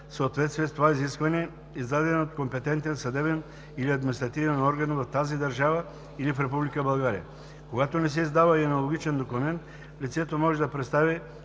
съответствие с това изискване, издаден от компетентен съдебен или административен орган в тази държава или в Република България. Когато не се издава и аналогичен документ, лицето може да представи